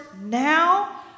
now